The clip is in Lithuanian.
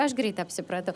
aš greit apsiprantu